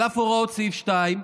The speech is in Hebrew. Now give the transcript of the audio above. על אף הוראות סעיף 2,